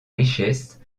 richesse